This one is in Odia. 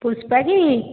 ପୁଷ୍ପା କି